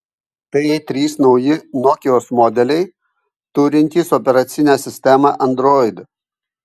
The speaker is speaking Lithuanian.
tai trys nauji nokios modeliai turintys operacinę sistemą android